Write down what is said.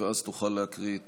ואז תוכל להקריא את